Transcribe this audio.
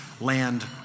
land